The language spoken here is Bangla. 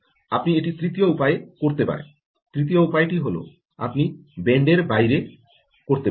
আপনি এটি তৃতীয় উপায়ে করতে পারেন তৃতীয় উপায়টি হল আপনি ব্যান্ডরের বাইরে করতে পারবেন